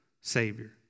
Savior